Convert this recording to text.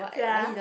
ya